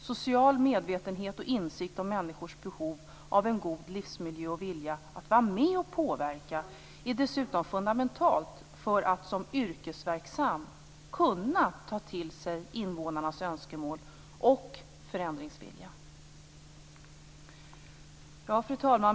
Social medvetenhet och insikt om människors behov av en god livsmiljö och vilja att vara med och påverka är dessutom fundamentalt för att som yrkesverksam kunna ta till sig invånarnas önskemål och förändringsvilja. Fru talman!